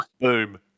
Boom